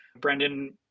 Brendan